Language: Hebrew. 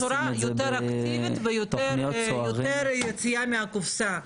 בצורה יותר אקטיבית ויותר יציאה מהקופסה,